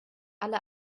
alle